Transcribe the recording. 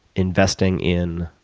investing in,